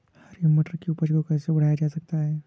हरी मटर की उपज को कैसे बढ़ाया जा सकता है?